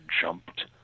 jumped